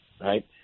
right